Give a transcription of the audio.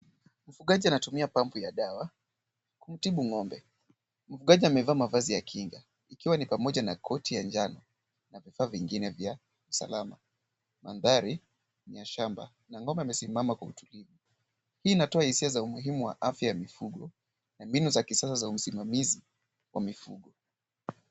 Mfugaji anatumia pampu kumtibu ng'ombe. Mfugaji amevaa mavazi ya kinga, ikiwa ni pamoja na koti ya njano na vifaa vingine vya usalama. Mandhari ni ya shamba na ng'ombe amesimama kwa utulivu. Hili inatoa umuhimu wa afya kwa mifugo na mbinu za kisasa za usimamizi wa mifugo.